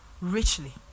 richly